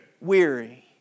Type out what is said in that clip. Weary